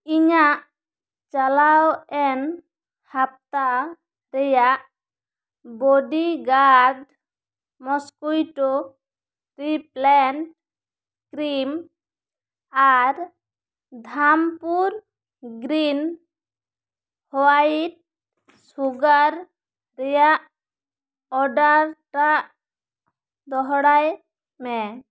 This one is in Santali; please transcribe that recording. ᱤᱧᱟᱜ ᱪᱟᱞᱟᱣᱮᱱ ᱦᱟᱯᱛᱟ ᱛᱮᱭᱟᱜ ᱵᱳᱰᱤᱜᱟᱨᱰ ᱢᱚᱥᱠᱩᱭᱴᱳ ᱨᱤᱯᱮᱞᱮᱱᱴ ᱠᱨᱤᱢ ᱟᱨ ᱫᱷᱟᱢᱯᱩ ᱜᱨᱤᱱ ᱦᱚᱣᱟᱭᱤᱴ ᱥᱩᱜᱟᱨ ᱨᱮᱭᱟᱜ ᱚᱰᱟᱨ ᱴᱟᱜ ᱫᱚᱲᱦᱟᱭ ᱢᱮ